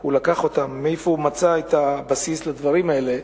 הוא לקח, איפה מצא את הבסיס לדברים האלה.